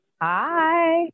Hi